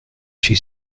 she